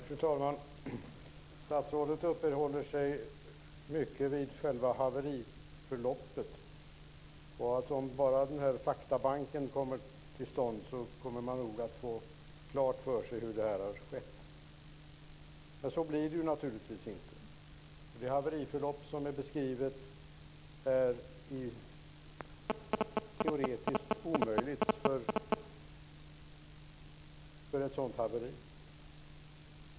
Fru talman! Statsrådet uppehåller sig mycket vid själva haveriförloppet. Om bara faktabanken kommer till stånd kommer man att få klart för sig hur detta har skett. Så blir det naturligtvis inte. Det haveriförlopp som är beskrivet är teoretiskt omöjligt för ett sådant haveri.